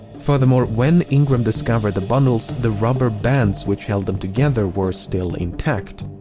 furthermore, when ingram discovered the bundles, the rubber bands which held them together were still intact.